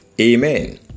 Amen